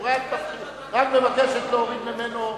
רק מבקשת להוריד ממנו את,